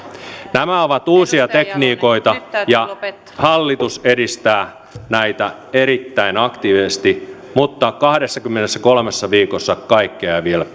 nämä ovat uusia tekniikoita ja hallitus edistää näitä erittäin aktiivisesti mutta kahdessakymmenessäkolmessa viikossa kaikkea ei vielä